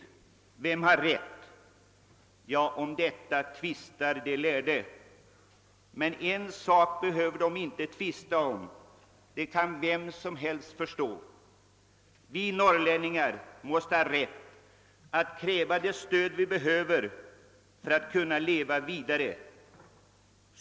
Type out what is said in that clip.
Vem har rätt? Ja, därom tvistar de lärde. En sak behöver de emellertid inte tvista om, den kan vem som helst förstå: vi norrlänningar måste ha rätt att kräva det stöd som vi behöver för att kunna leva vidare.